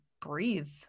breathe